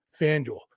FanDuel